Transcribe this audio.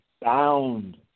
bound